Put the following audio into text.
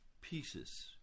pieces